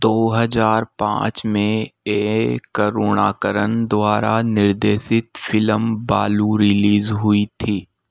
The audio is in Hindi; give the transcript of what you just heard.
दो हजार पाँच में ए करुणाकरन द्वारा निर्देशित फिल्म बलू रिलीज़ हुई थी